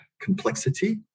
complexity